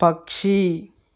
పక్షి